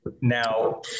Now